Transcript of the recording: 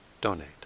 donate